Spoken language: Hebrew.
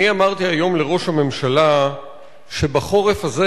אני אמרתי היום לראש הממשלה שבחורף הזה